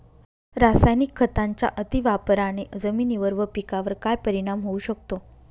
रासायनिक खतांच्या अतिवापराने जमिनीवर व पिकावर काय परिणाम होऊ शकतो?